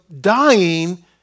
dying